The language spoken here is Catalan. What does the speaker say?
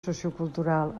sociocultural